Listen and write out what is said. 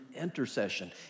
intercession